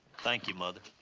thank you, mother.